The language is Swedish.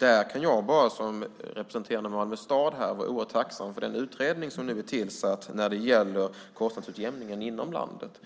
Jag kan som representerande Malmö stad här vara oerhört tacksam för den utredning som nu är tillsatt när det gäller kostnadsutjämningen inom landet.